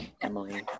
Emily